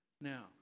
Now